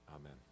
Amen